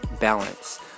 balance